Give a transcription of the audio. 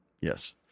yes